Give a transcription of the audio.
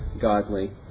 godly